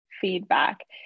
feedback